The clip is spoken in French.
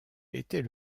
était